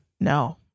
No